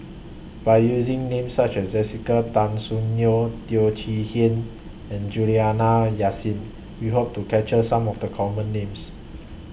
By using Names such as Jessica Tan Soon Neo Teo Chee Hean and Juliana Yasin We Hope to capture Some of The Common Names